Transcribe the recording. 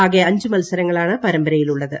ആകെ അഞ്ച് മത്സരങ്ങളാണ് പ്രെമ്പരയിൽ ഉളളത്